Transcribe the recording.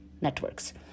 networks